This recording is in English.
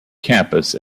campus